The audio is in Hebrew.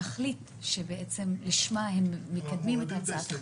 בתכלית שלשמה הם מקדמים את הצעת החוק.